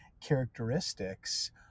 characteristics